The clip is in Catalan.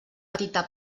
petita